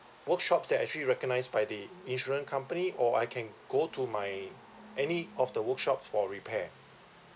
workshops that actually recognised by the insurance company or I can go to my any of the workshop for repair